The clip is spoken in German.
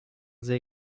see